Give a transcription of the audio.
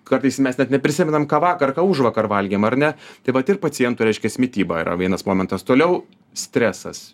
kartais mes net neprisimenam ką vakar užvakar valgėm ar ne tai vat ir pacientų reiškias mityba yra vienas momentas toliau stresas